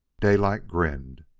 daylight grinned,